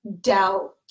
doubt